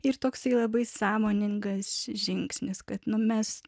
ir toksai labai sąmoningas žingsnis kad nu mes